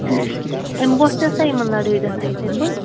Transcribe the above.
اَمہِ برونٛٹھ تہِ ہَسا یِمَن لَڑٲے گژھان اِتھَے پٲٹھۍ